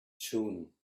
june